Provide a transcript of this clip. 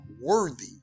worthy